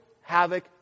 havoc